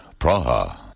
Praha